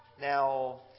Now